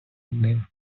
ним